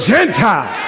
Gentile